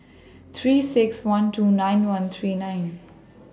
three six one two nine one three nine